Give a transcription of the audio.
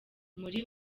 muri